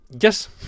Yes